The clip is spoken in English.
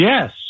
Yes